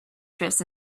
drifts